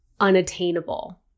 unattainable